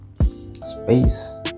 space